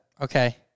Okay